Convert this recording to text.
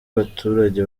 abaturage